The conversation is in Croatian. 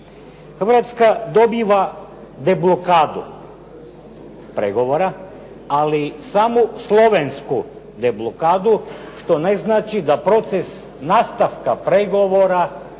Hrvatska dobiva deblokadu pregovora, ali samo slovensku deblokadu, što ne znači da proces nastavka pregovora bez